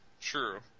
True